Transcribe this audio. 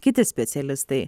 kiti specialistai